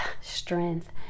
strength